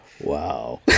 Wow